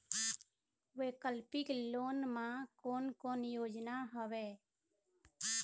वैकल्पिक लोन मा कोन कोन योजना हवए?